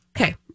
okay